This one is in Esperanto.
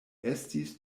estis